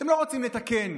אתם לא רוצים לתקן,